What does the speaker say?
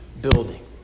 building